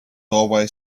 doorway